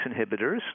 inhibitors